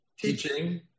teaching